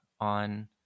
on